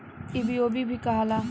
ई बी.ओ.बी भी कहाला